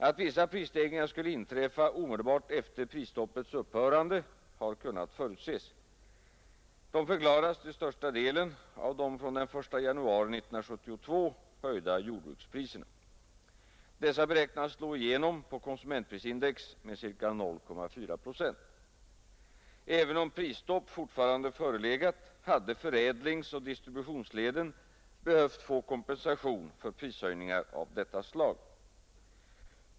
Att vissa prisstegringar skulle inträffa omedelbart efter prisstoppets upphörande har kunnat förutses. De förklaras till största delen av de från den 1 januari 1972 höjda jordbrukspriserna. Dessa beräknas slå igenom på konsumentprisindex med ca 0,4 procent. Även om prisstopp fortfarande förelegat hade förädlingsoch distributionsleden behövt få kompensation för prishöjningar av detta slag.